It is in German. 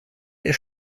ist